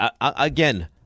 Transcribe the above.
Again